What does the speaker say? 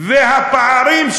והפערים,